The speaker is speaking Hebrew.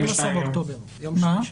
ב-12 באוקטובר, יום שלישי.